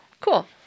cool